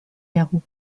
garou